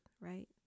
Right